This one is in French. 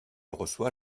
reçoit